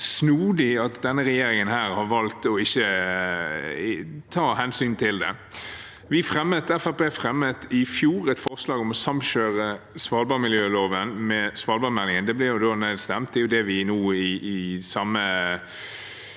Det er snodig at denne regjeringen har valgt å ikke ta hensyn til det. Fremskrittspartiet fremmet i fjor et forslag om å samkjøre svalbardmiljøloven med svalbardmeldingen. Det ble nedstemt.